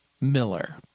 Miller